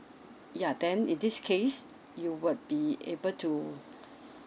ya then in this case you would be able to